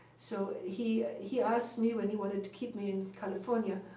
so he he asked me when he wanted to keep me in california,